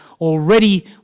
already